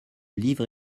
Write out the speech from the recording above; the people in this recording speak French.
livre